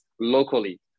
locally